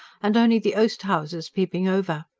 and only the oast-houses peeping over.